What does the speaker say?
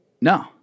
No